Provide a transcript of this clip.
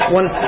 one